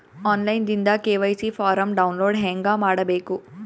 On line ದಿಂದ KYC form download ಹೇಂಗ ಮಾಡಬೇಕು?